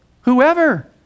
whoever